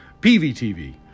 PVTV